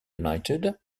united